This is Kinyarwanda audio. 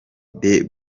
the